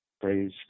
Praise